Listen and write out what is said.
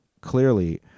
Clearly